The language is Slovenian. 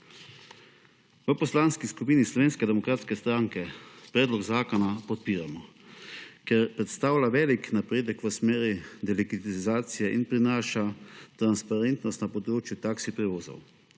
V Poslanski skupini Slovenske demokratske stranke predlog zakona podpiramo, ker predstavlja velik napredek v smeri digitalizacije in prinaša transparentnost na področju taksi prevozov.